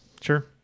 Sure